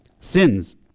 sins